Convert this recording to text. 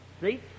See